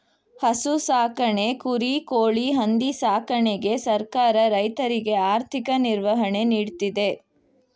ಹಸು ಸಾಕಣೆ, ಕುರಿ, ಕೋಳಿ, ಹಂದಿ ಸಾಕಣೆಗೆ ಸರ್ಕಾರ ರೈತರಿಗೆ ಆರ್ಥಿಕ ನಿರ್ವಹಣೆ ನೀಡ್ತಿದೆ